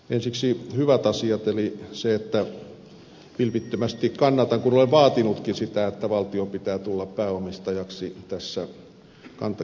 ensiksi hyvät asiat eli se että vilpittömästi kannatan kun olen vaatinutkin sitä että valtion pitää tulla pääomistajaksi tässä kantaverkossa